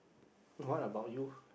what about you